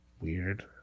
weird